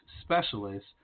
specialists